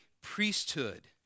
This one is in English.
priesthood